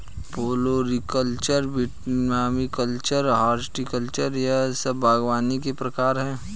floriculture, viticulture, horticulture यह सब बागवानी के प्रकार है